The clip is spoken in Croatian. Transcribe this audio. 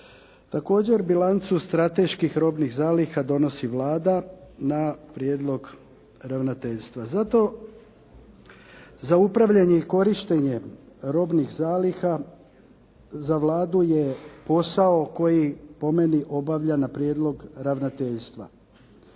Također bilancu strateških robnih zaliha donosi Vlada na prijedlog ravnateljstva. Zato za upravljanje i korištenje robnih zaliha za Vladu je posao koji po meni obavlja na prijedlog ravnateljstva.